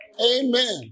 Amen